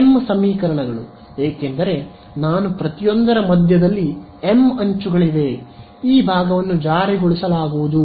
m ಸಮೀಕರಣಗಳು ಏಕೆಂದರೆ ನಾನು ಪ್ರತಿಯೊಂದರ ಮಧ್ಯದಲ್ಲಿ m ಅಂಚುಗಳಿವೆ ಈ ಭಾಗವನ್ನು ಜಾರಿಗೊಳಿಸಲಾಗುವುದು